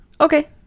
Okay